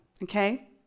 Okay